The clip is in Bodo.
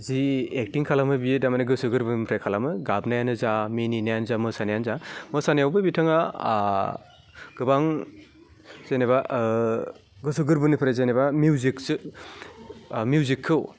जि एकटिं खालामो बियो थारमाने गोसो गोरबोनिफ्राय खालामो गाबनाया जा मिनियानो जा मोसानायानो जा मोसानायावबो बिथाङा गोबां जेनोबा गोसो गोरबोनिफ्राय जेनोबा मिउजिक सो मिउजिकखौ